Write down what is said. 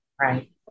Right